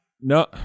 No